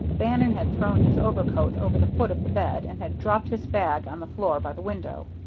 bannon had thrown his overcoat over the foot of the bed, and had dropped his bag on the floor by the window.